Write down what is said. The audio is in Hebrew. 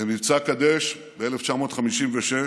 במבצע קדש, ב-1956,